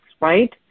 right